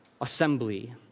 assembly